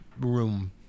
room